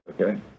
okay